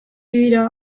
dira